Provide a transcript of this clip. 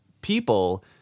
people